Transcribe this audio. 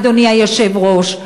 אדוני היושב-ראש,